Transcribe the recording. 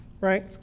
right